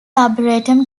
arboretum